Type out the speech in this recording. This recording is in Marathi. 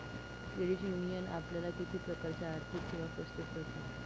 क्रेडिट युनियन आपल्याला किती प्रकारच्या आर्थिक सेवा प्रस्तुत करते?